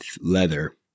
leather